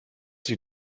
sich